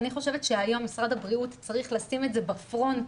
אני חושבת שהיה משרד הבריאות צריך לשים את זה בפרונט